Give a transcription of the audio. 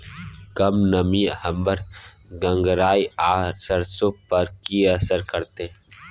कम नमी हमर गंगराय आ सरसो पर की असर करतै?